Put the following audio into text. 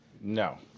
No